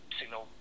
signal